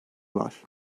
var